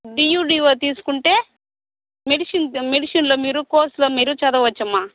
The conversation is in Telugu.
డియుడిఓ తీసుకుంటే మెడిసిన్ మెడిసిన్లో మీరు కోర్సులో మీరు చదవచ్చమ్మా